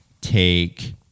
take